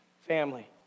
Family